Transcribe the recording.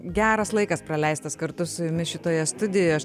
geras laikas praleistas kartu su jumis šitoje studijoje aš